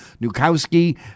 Nukowski